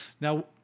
Now